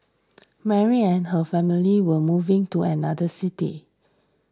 Mary and her family were moving to another city